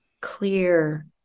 clear